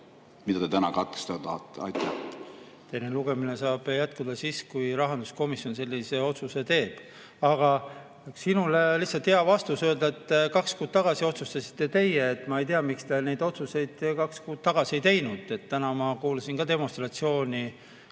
mida te täna katkestada tahate? Teine lugemine saab jätkuda siis, kui rahanduskomisjon sellise otsuse teeb. Aga sinule on lihtsalt hea vastuseks öelda: kaks kuud tagasi otsustasite teie, ma ei tea, miks te neid otsuseid kaks kuud tagasi ei teinud. Täna ma kuulasin ka demonstratsiooni,